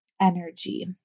energy